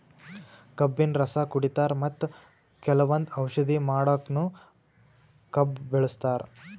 ಕಬ್ಬಿನ್ ರಸ ಕುಡಿತಾರ್ ಮತ್ತ್ ಕೆಲವಂದ್ ಔಷಧಿ ಮಾಡಕ್ಕನು ಕಬ್ಬ್ ಬಳಸ್ತಾರ್